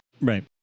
Right